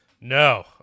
No